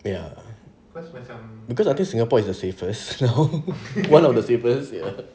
ya because I think singapore is the safest now one of the safest ya